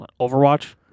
Overwatch